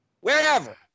wherever